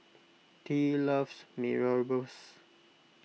Tea loves Mee Rebus